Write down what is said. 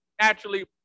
naturally